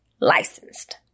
licensed